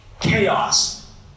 chaos